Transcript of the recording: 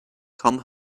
come